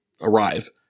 arrive